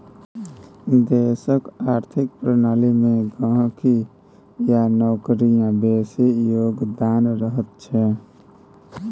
देशक आर्थिक प्रणाली मे गहिंकी आ नौकरियाक बेसी योगदान रहैत छै